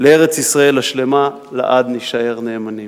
"לארץ-ישראל השלמה לעד נישאר נאמנים".